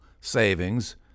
savings